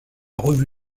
revue